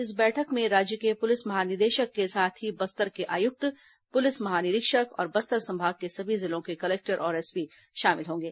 इस बैठक में राज्य के पुलिस महानिदेशक के साथ ही बस्तर के आयुक्त पुलिस महानिरीक्षक और बस्तर संभाग के सभी जिलों के कलेक्टर और एसपी शामिल होंगे